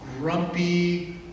grumpy